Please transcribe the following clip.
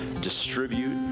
distribute